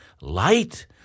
light